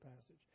passage